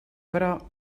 però